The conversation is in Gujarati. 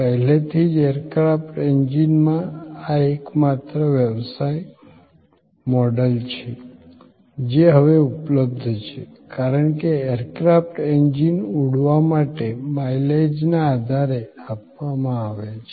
પહેલેથી જ એરક્રાફ્ટ એન્જિનમાં આ એકમાત્ર વ્યવસાય મોડલ છે જે હવે ઉપલબ્ધ છે કારણ કે એરક્રાફ્ટ એન્જીન ઉડવા માટે માઈલેજના આધારે આપવામાં આવે છે